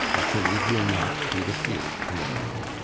achilles will not to the field to-morrow.